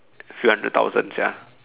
few hundred thousand sia